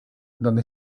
donde